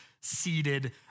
seated